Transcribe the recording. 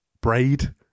Braid